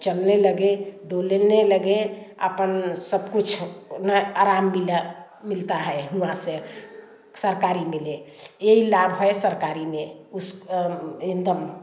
चलने लगे डोलने लगे अपन सब कुछ आराम मिला मिलता है वहां से सरकारी मिले यही लाभ है सरकारी में उस एकदम